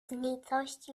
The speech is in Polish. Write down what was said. nicości